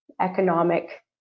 economic